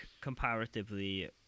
comparatively